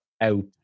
out